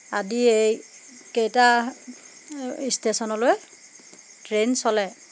আদি এইকেইটা ষ্টেচনলৈ ট্ৰেইন চলে